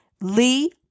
Lee